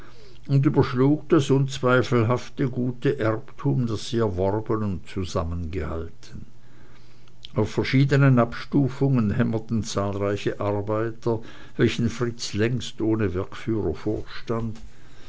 und überschlug das unzweifelhafte gute erbtum das sie erworben und zusammengehalten auf verschiedenen abstufungen hämmerten zahlreiche arbeiter welchen fritz längst ohne werkführer vorstand